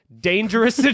dangerous